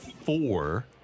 four